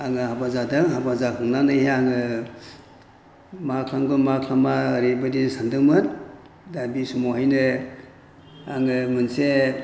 आङो हाबा जादों हाबा जाखांनानैहाय आङो मा खालामगोन मा खालामा ओरैबायदि सानदोंमोन दा बे समावहायनो आङो मोनसे